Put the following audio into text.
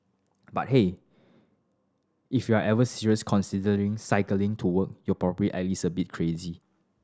but hey if you're ever serious considering cycling to work you're probably at least a bit crazy